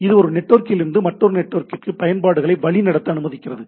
இது ஒரு நெட்வொர்க்கிலிருந்து மற்றொரு நெட்வொர்க்கிற்கு பாக்கெட்டுகளை வழிநடத்த அனுமதிக்கிறது